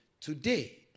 Today